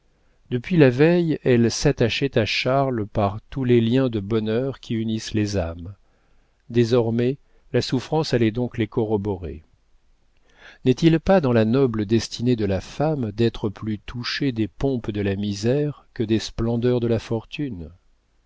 depuis la veille elle s'attachait à charles par tous les liens de bonheur qui unissent les âmes désormais la souffrance allait donc les corroborer n'est-il pas dans la noble destinée de la femme d'être plus touchée des pompes de la misère que des splendeurs de la fortune